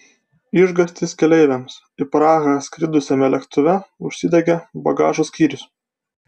išgąstis keleiviams į prahą skridusiame lėktuve užsidegė bagažo skyrius